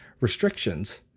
restrictions